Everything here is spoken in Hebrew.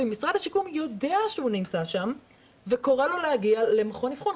ואגף השיקום יודע שהוא נמצא שם וקורא לו להגיע למכון אבחון.